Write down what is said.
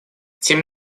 тем